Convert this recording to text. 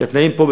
כי התנאים פה,